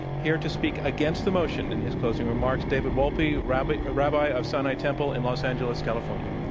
here to speak against the motion in his closing remarks, david wolpe, rabbi rabbi of sinai temple in los angeles, california.